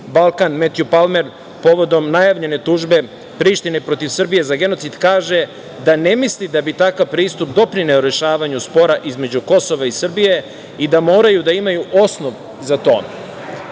Balkan, Metju Palmer, povodom najavljene tužbe Prištine protiv Srbije za genocid, kaže da ne misli da bi takav pristup doprineo rešavanju spora između Kosova i Srbije i da moraju da imaju osnov za